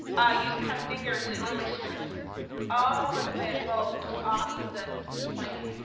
ah uses kind of fingers, and it literally strips all of the the bolls off of this this plant.